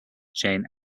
jane